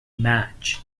match